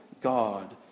God